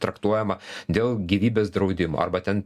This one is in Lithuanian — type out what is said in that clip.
traktuojama dėl gyvybės draudimo arba ten